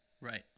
Right